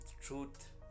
truth